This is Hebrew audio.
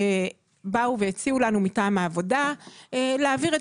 באו והציעו לנו מטעם העבודה להעביר את